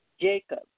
Jacob